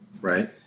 Right